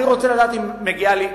אני רוצה לדעת אם מגיעה לי מלגה,